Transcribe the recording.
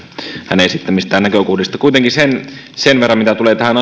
hänen esittämistään näkökohdista kuitenkin sen sen verran mitä tulee tähän